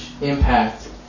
impact